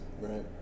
Right